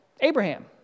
Abraham